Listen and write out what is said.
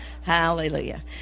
Hallelujah